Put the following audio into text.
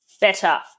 Better